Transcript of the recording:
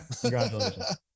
congratulations